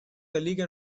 colleague